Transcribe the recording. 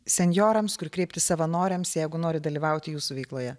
senjorams kur kreiptis savanoriams jeigu nori dalyvauti jūsų veikloje